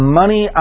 money